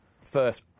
first